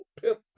pimp